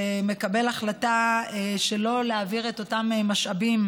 שמקבל החלטה שלא להעביר את אותם משאבים